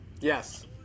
Yes